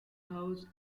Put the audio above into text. house